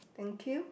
thank you